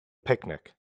picnic